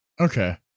Okay